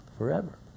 forever